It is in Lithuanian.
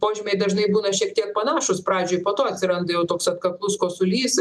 požymiai dažnai būna šiek tiek panašūs pradžioj po to atsiranda jau toks atkaklus kosulys